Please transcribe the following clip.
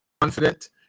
confident